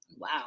Wow